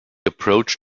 approached